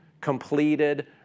completed